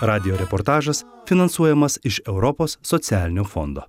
radijo reportažas finansuojamas iš europos socialinio fondo